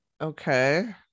okay